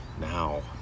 now